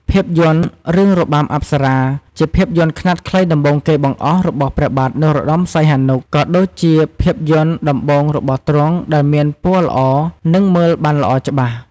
ភាពយន្ត រឿងរបាំអប្សរា ជាភាពយន្តខ្នាតខ្លីដំបូងគេបង្អស់របស់ព្រះបាទនរោត្តមព្រះសីហនុ ក៏ដូចជាភាពយន្តដំបូងររបស់ទ្រង់ដែលមានពណ៌ល្អនិងមើលបានល្អច្បាស់។